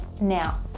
now